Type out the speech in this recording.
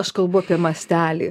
aš kalbu apie mastelį